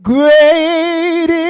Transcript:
Great